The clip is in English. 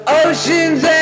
oceans